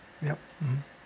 yup mmhmm